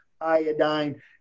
iodine